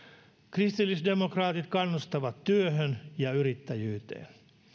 kristillisdemokraatit kannustavat työhön ja yrittäjyyteen